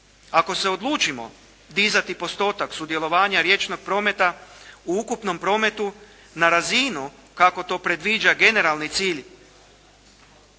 Ako se odlučimo dizati postotak sudjelovanja riječnog prometa u ukupnom prometu na razinu kako to predviđa generalni cilj